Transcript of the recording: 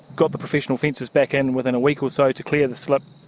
got the professional fencers back in within a week or so to clear the slip,